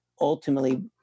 ultimately